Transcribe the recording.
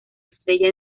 estrella